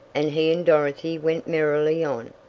and he and dorothy went merrily on,